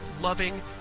loving